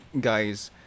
guys